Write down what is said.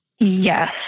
Yes